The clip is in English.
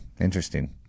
Interesting